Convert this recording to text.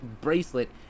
bracelet